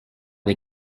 des